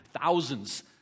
Thousands